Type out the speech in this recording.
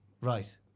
Right